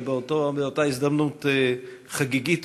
ובאותה הזדמנות חגיגית,